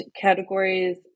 categories